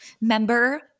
member